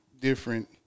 different